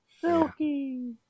Silky